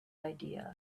idea